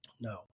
no